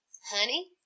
honey